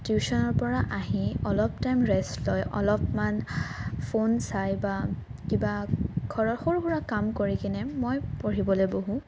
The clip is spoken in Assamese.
টিউশ্যনৰ পৰা আহি অলপ টাইম ৰেষ্ট লৈ অলপমান ফোন চাই বা কিবা ঘৰৰ সৰু সুৰা কাম কৰি কিনে মই পঢ়িবলৈ বহোঁ